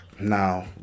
now